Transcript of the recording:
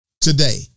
today